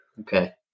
Okay